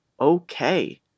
Okay